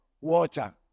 water